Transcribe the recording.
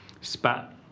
spat